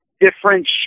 different